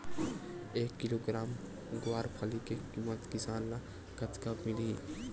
एक किलोग्राम गवारफली के किमत किसान ल कतका मिलही?